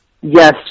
Yes